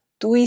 tu